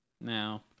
now